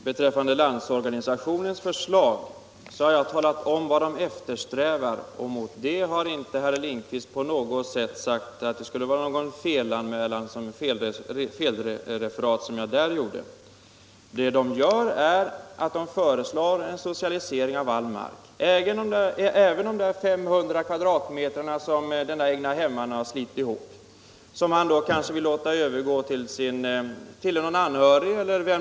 Herr talman! Vad gäller Landsorganisationens förslag har jag talat om vad den organisationen eftersträvar, och herr Lindkvist har inte på något sätt visat att vad jag sade skulle vara ett felaktigt referat. Vad LO föreslår är en socialisering av all mark, även tomter på kanske 500 m? som egnahemmarna har slitit ihop till.